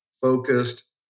focused